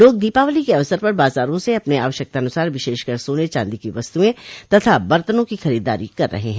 लोग दीपावली के अवसर पर बाजारों से अपने आवश्यकतानुसार विशेषकर सोने चांदी की वस्तुएं तथा बर्तनों की खरीददारी कर रहे हैं